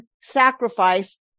sacrifice